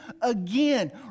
again